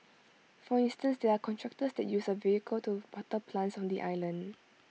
for instance there are contractors that use A vehicle to water plants on the island